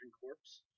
Corpse